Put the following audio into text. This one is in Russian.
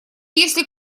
если